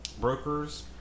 brokers